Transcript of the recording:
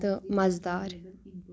تہٕ مَزٕدار